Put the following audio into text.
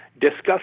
discuss